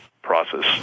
process